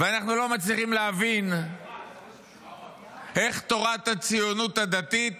ואנחנו לא מצליחים להבין איך תורת הציונות הדתית